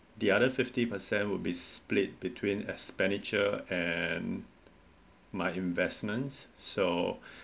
the other fifty percent will be split between expenditure and my investments so